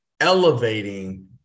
elevating